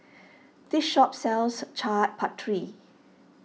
this shop sells Chaat Papri